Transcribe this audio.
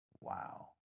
Wow